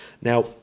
Now